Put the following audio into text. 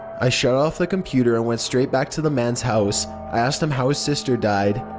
i shut off the computer and went straight back to the man's house. i asked him how his sister died.